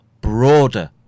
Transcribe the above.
broader